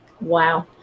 wow